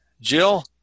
jill